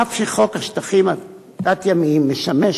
אף שחוק השטחים התת-ימיים משמש,